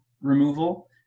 removal